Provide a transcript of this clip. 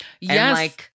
Yes